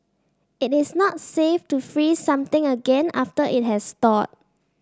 it is not safe to freeze something again after it has thawed